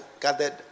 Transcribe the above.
gathered